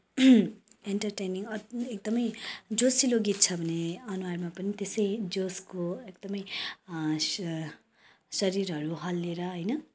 entertaining एकदमै जोसिलो गीत छ भने अनुहारमा पनि त्यसै जोसको एकदमै शरीरहरू हल्लिएर होइन